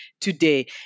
today